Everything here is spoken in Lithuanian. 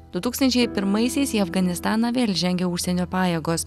du tūkstančiai pirmaisiais į afganistaną vėl įžengia užsienio pajėgos